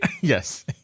Yes